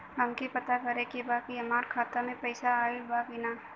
हमके पता करे के बा कि हमरे खाता में पैसा ऑइल बा कि ना?